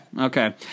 okay